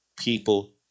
people